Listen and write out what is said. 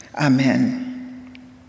Amen